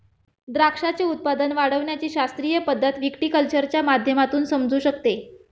द्राक्षाचे उत्पादन वाढविण्याची शास्त्रीय पद्धत व्हिटीकल्चरच्या माध्यमातून समजू शकते